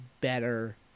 better